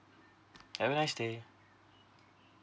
have a nice day